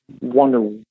wonder